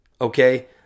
okay